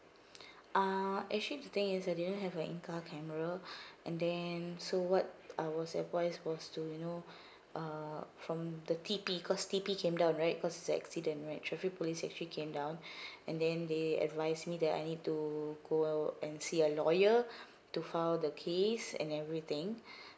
ah actually the thing is I didn't have a in car camera and then so what I was advised was to you know uh from the T_P cause T_P came down right cause it's accident right traffic police actually came down and then they advised me that I need to go and see a lawyer to file the case and everything